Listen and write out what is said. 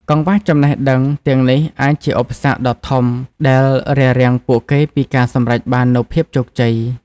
កង្វះចំណេះដឹងទាំងនេះអាចជាឧបសគ្គដ៏ធំដែលរារាំងពួកគេពីការសម្រេចបាននូវភាពជោគជ័យ។